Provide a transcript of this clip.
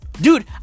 Dude